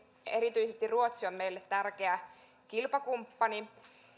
erityisesti ruotsi on meille tärkeä kilpakumppani